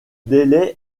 délai